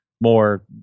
more